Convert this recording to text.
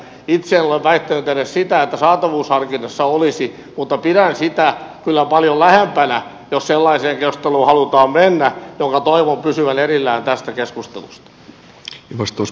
itse en ole väittänyt edes sitä että saatavuusharkinnassa olisi mutta pidän sitä kyllä paljon enemmän sellaisena jos sellaiseen keskusteluun halutaan mennä ja toivon sen pysyvän erillään tästä keskustelusta